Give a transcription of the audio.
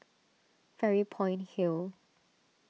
Fairy Point Hill